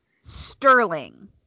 sterling